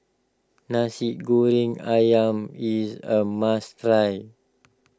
Nasi Goreng Ayam is a must try